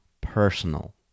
personal